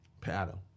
paddle